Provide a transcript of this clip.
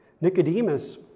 Nicodemus